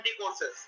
courses